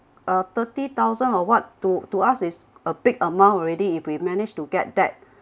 uh thirty thousand or what to to us is a big amount already if we managed to get that